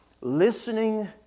listening